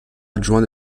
adjoint